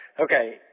Okay